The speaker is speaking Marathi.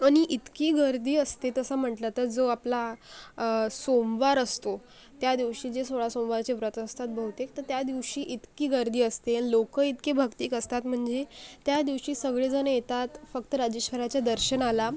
आणि इतकी गर्दी असते तसं म्हटलं तर जो आपला सोमवार असतो त्यादिवशी जे सोळा सोमवरचे व्रत असतात बहुतेक तर त्यादिवशी इतकी गर्दी असते लोक इतकी भक्तीक असतात म्हणजे त्यादिवशी सगळेजण येतात फक्त राजेश्वराच्या दर्शनाला